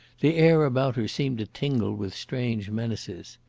the air about her seemed to tingle with strange menaces.